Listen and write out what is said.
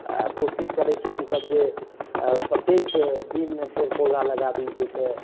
आ कोशिश करैत छियै हमसभ जे प्रत्येक दिन पेड़ पौधा लगाबी जाहिसँ